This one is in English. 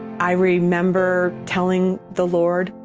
i remember telling the like record,